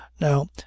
Now